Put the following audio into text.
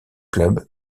club